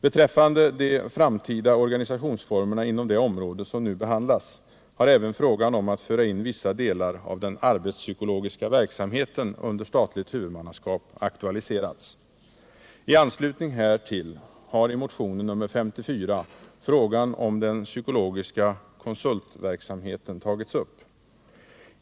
Då det gäller de framtida organisationsformerna inom det område som nu behandlas har även frågan om att föra in vissa delar av den arbetspsykologiska verksamheten under statligt huvudmannaskap aktualiserats. I anslutning härtill har i motion nr 54 frågan om den psykologiska konsultverksamheten tagits upp.